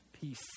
Peace